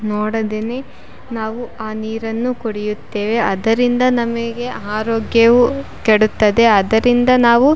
ನೋಡದೇನೆ ನಾವು ಆ ನೀರನ್ನು ಕುಡಿಯುತ್ತೇವೆ ಅದರಿಂದ ನಮಗೆ ಆರೋಗ್ಯವು ಕೆಡುತ್ತದೆ ಆದರಿಂದ ನಾವು